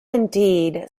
indeed